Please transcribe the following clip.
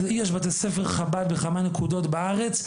יש בתי ספר של חב"ד בכמה נקודות בארץ,